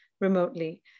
remotely